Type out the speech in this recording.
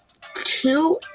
Two